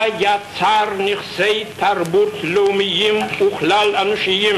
בה יצר נכסי תרבות לאומיים וכלל-אנושיים